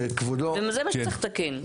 זה מה שצריך לתקן.